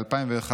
ב-2001,